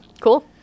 Cool